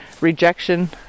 rejection